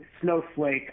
Snowflake